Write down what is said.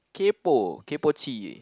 kaypoh kaypoh chee